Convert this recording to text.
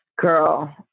girl